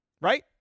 Right